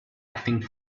acting